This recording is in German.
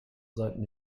seiten